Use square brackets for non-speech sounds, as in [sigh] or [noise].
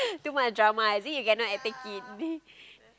too much drama is it you cannot take it [laughs]